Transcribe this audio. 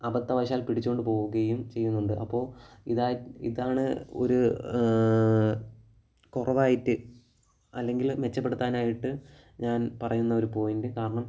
അബദ്ധവശാൽ പിടിച്ചുകൊണ്ടുപോവുകയും ചെയ്യുന്നുണ്ട് അപ്പോള് ഇതാ ഇതാണ് ഒരു കുറവായിട്ട് അല്ലെങ്കിൽ മെച്ചപ്പെടുത്താനായിട്ട് ഞാൻ പറയുന്ന ഒരു പോയിൻറ്റ് കാരണം